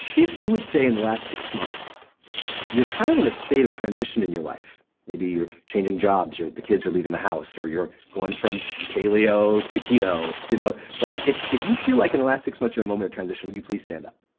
if you would say in the last six months you're kind of in a state of transition in your life, maybe you're changing jobs or the kids are leaving the house, or you're going from paleo to keto. you know like if if you feel like in the last six months you're in a moment of transition, would you please stand up?